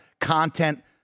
content